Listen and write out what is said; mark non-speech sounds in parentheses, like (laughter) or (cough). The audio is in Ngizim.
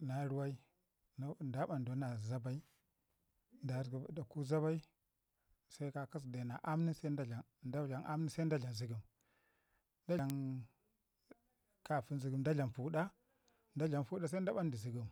Na ruwai da ɓandau na zabai (unintelligible) aku zabai se kakasəku dena aam nin se da dlam nin se da dlam zəgəm (noise) kafin zəgəm da dlam puɗa, da dlam puɗun se da banɗi zəgəm